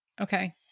Okay